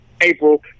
April